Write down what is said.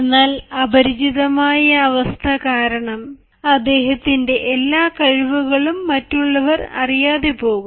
എന്നാൽ അപരിചിതമായ അവസ്ഥ കാരണം അദ്ദേഹത്തിന്റെ എല്ലാ കഴിവുകളും മറ്റുള്ളവർ അറിയാതെ പോകും